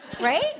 Right